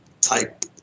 type